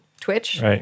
Twitch